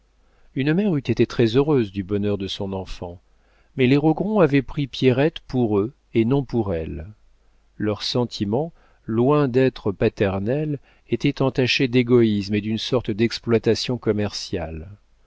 une mère eût été très-heureuse du bonheur de son enfant mais les rogron avaient pris pierrette pour eux et non pour elle leurs sentiments loin d'être paternels étaient entachés d'égoïsme et d'une sorte d'exploitation commerciale